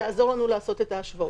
יעזור לנו לעשות את ההשוואות.